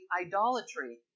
idolatry